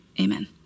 amen